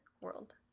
world